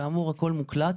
כאמור, הכל מוקלט.